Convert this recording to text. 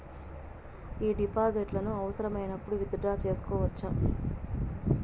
ఈ డిపాజిట్లను అవసరమైనప్పుడు విత్ డ్రా సేసుకోవచ్చా?